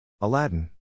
Aladdin